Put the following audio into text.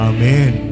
Amen